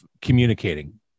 communicating